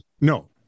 No